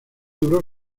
duró